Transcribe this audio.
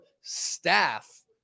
staff